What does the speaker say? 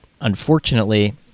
unfortunately